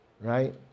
Right